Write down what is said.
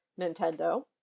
Nintendo